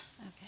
Okay